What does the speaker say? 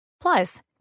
Plus